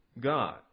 God